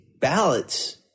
ballots